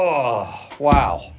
Wow